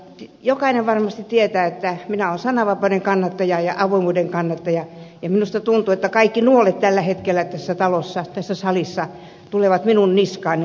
jokainen varmasti tietää että minä olen sananvapauden ja avoimuuden kannattaja ja minusta tuntuu että kaikki nuolet tällä hetkellä tässä talossa tässä salissa tulevat minun niskaani ja päälleni